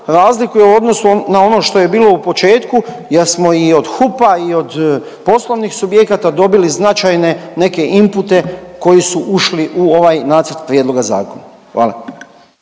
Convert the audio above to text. razlikuje u odnosu na ono što je bilo u početku jer smo i od HUP-a i od poslovnih subjekata dobili značajne neke impute koji su ušli u ovaj nacrt prijedloga zakona. Hvala.